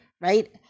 right